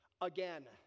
again